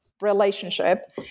relationship